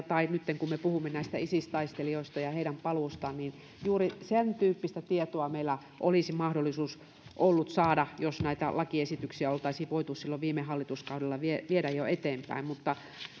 tai nyt kun me puhumme näistä isis taistelijoista ja heidän paluustaan niin juuri sen tyyppistä tietoa meillä olisi ollut mahdollisuus saada jos näitä lakiesityksiä oltaisiin voitu jo silloin viime hallituskaudella viedä eteenpäin mutta